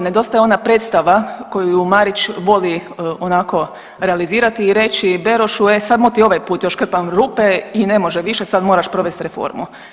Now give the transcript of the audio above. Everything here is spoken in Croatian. Nedostaje ona predstava koju Marić voli onako realizirati i reći Berošu, e samo ti ovaj put još krpam rupe i ne može više sad moraš provesti reformu.